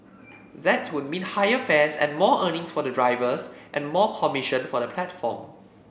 that would mean higher fares and more earnings for the drivers and more commission for the platform